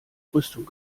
rüstung